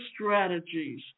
strategies